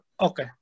Okay